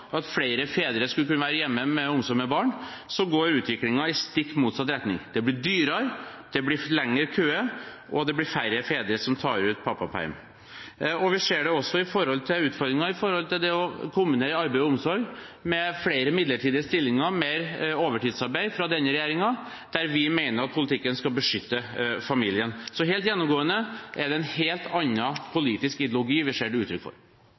at flere fedre skulle kunne være hjemme med omsorgen for barn, går utviklingen i stikk motsatt retning: Det blir dyrere, det blir lengre køer, og det blir færre fedre som tar ut pappaperm. Vi ser det også i utfordringen med å kombinere arbeid og omsorg, med flere midlertidige stillinger og mer overtidsarbeid fra denne regjeringen, der vi mener at politikken skal beskytte familien. Så helt gjennomgående er det en helt annen politisk ideologi vi ser det gis uttrykk for.